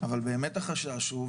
אבל באמת החשש הוא,